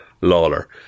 lawler